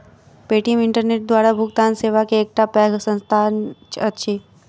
Paytm internet द्वारा भुगतान सेवा के एकटा पैघ संस्थान अछि